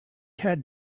had